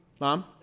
Mom